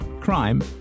crime